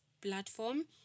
platform